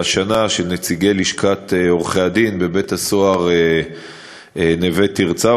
ניתוח התפלגות העבירות בקרב הכלואות ב"נווה תרצה"